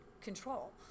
control